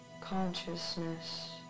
Consciousness